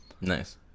nice